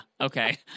okay